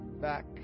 back